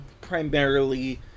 Primarily